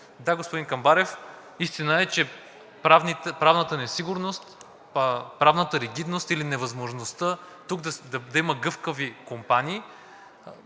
Да, господин Камбарев – истина е, че правната несигурност, правната ригидност или невъзможността тук да има гъвкави компании,